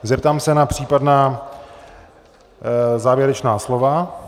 Zeptám se na případná závěrečná slova.